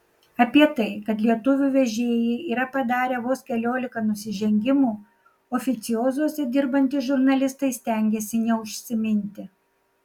apie tai kad lietuvių vežėjai yra padarę vos keliolika nusižengimų oficiozuose dirbantys žurnalistai stengiasi neužsiminti